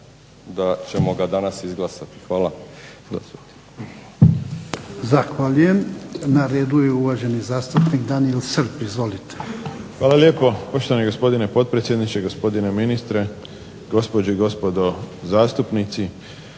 da ćemo ga danas izglasati.